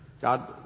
God